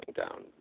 down